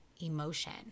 emotion